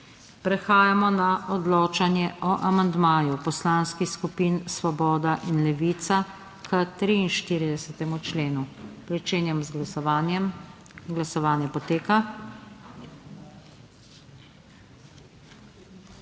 Prehajamo na odločanje o amandmaju Poslanskih skupin Svoboda in Levica k 52. členu. Glasujemo. Glasovanje poteka.